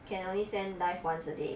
can only send life once a day yeah